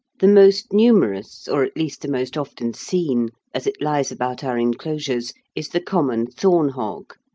the most numerous, or at least the most often seen, as it lies about our enclosures, is the common thorn-hog.